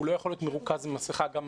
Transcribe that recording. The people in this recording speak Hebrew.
הוא לא יכול להיות מרוכז כשהוא עם מסיכה.